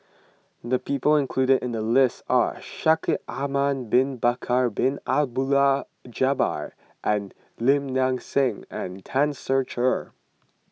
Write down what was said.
the people included in the list are Shaikh Ahmad Bin Bakar Bin Abdullah Jabbar and Lim Nang Seng and Tan Ser Cher